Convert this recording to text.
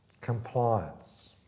Compliance